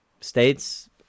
states